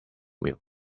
milk